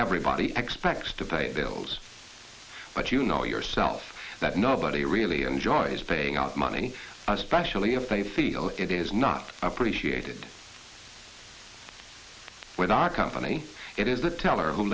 everybody expects to pay the bills but you know yourself that nobody really enjoys paying out money especially if they feel it is not appreciated with our company it is the teller who